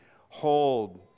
hold